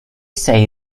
say